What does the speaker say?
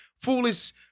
foolish